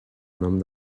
nom